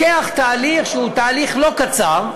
זה תהליך לא קצר,